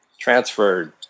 transferred